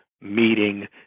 meeting